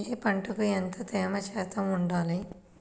ఏ పంటకు ఎంత తేమ శాతం ఉండాలి?